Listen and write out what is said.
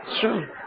True